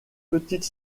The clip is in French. petite